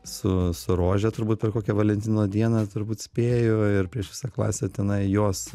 su su rože turbūt per kokią valentino dieną turbūt spėju ir prieš visą klasę tenai jos